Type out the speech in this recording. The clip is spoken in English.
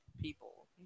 people